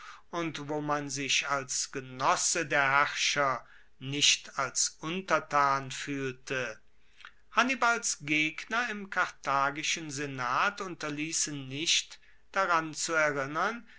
und man sich als genosse der herrscher nicht als untertan fuehlte hannibals gegner im karthagischen senat unterliessen nicht daran zu erinnern